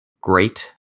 Great